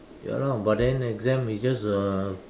ya lah but then exam is just a